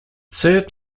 served